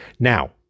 Now